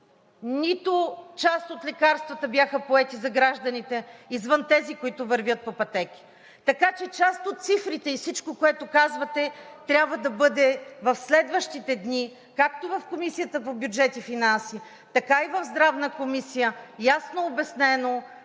нито част от лекарствата бяха поети за гражданите извън тези, които вървят по пътеки. Така че част от цифрите и всичко, което казвате, трябва да бъде в следващите дни както в Комисията по бюджет и финанси, така и в Здравната комисия ясно обяснено